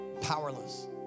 powerless